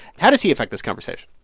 how does he affect this conversation?